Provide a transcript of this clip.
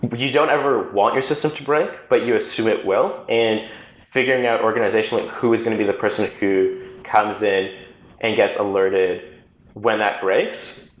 but you don't ever want your system to break, but you assume it will. and figuring out organizationally who is going to be the person who comes in and gets alerted when that breaks,